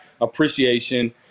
appreciation